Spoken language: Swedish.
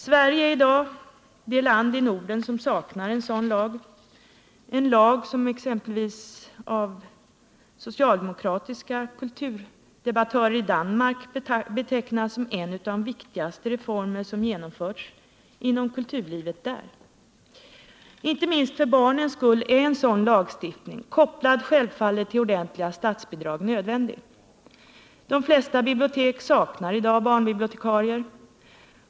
Sverige är i dag det land i Norden, som saknar en sådan lag — en lag som exempelvis av socialdemokratiska kulturdebattörer i Danmark betecknas som en av de viktigaste reformer som genomförts inom kulturlivet där. Inte minst för barnens skull är en sådan lagstiftning nödvändig, självfallet då kopplad till ordentliga statsbidrag. De flesta bibliotek saknar i dag barnbibliotekarie.